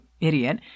idiot